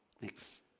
Next